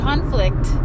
conflict